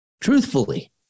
Truthfully